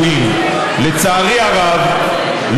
לצערי הרב,